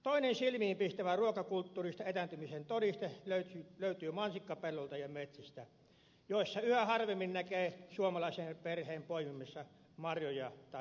toinen silmiinpistävä ruokakulttuurista etääntymisen todiste löytyy mansikkapelloilta ja metsistä joissa yhä harvemmin näkee suomalaisen perheen poimimassa marjoja tai sieniä